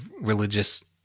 religious